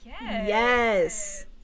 Yes